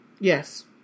Yes